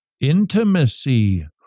intimacy